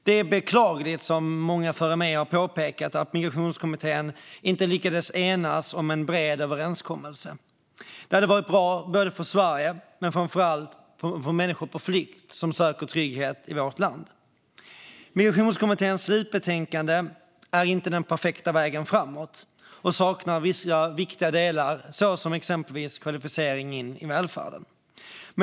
Det är beklagligt, som många före mig har påpekat, att Migrationskommittén inte lyckades enas om en bred överenskommelse. Det hade varit bra för Sverige men framför allt för människor på flykt som söker trygghet i vårt land. Migrationskommitténs slutbetänkande är inte den perfekta vägen framåt och saknar vissa viktiga delar, exempelvis kvalificering in i välfärden.